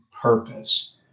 purpose